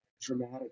dramatic